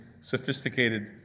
sophisticated